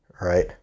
Right